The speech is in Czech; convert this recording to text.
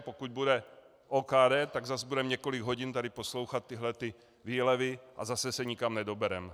Pokud bude OKD, tak zas budeme několik hodin tady poslouchat tyhle výlevy a zase se nikam nedobereme.